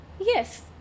yes